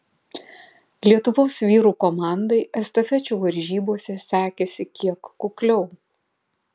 lietuvos vyrų komandai estafečių varžybose sekėsi kiek kukliau